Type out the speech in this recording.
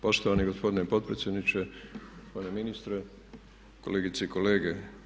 Poštovani gospodine potpredsjedniče, gospodine ministre, kolegice i kolege.